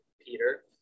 Peter